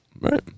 right